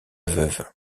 veuve